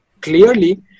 clearly